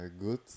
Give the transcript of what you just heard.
good